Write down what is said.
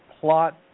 plot